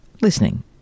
listening